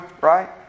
right